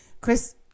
Chris